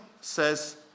says